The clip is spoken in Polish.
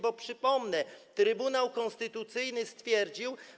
Bo przypomnę, Trybunał Konstytucyjny stwierdził.